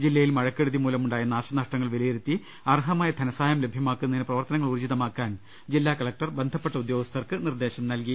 ജില്ലയിൽ മഴക്കെടുതി മൂലമുണ്ടായ നാശനഷ്ടങ്ങൾ വിലയിരുത്തി അർഹമായ ധനസഹായം ലഭ്യമാക്കുതിന് പ്രവർത്തനങ്ങൾ ഊർജ്ജിതമാക്കാൻ ജില്ലാകലക്ടർ ബന്ധപ്പെട്ട ഉദ്യോഗസ്ഥർക്ക് നിർദ്ദേശം നൽകി